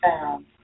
found